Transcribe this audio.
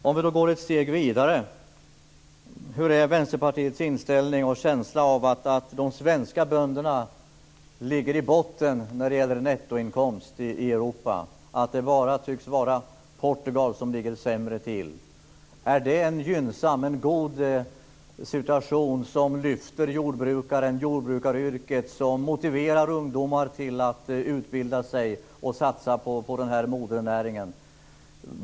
Fru talman! Vi går ett steg vidare. Hur är Vänsterpartiets inställning och känsla för att de svenska bönderna ligger i botten när det gäller nettoinkomst i Europa, att det bara tycks vara Portugal som ligger sämre till? Är det en gynnsam situation som lyfter fram jordbrukaryrket, som motiverar ungdomar till att utbilda sig och satsa på modernäringen?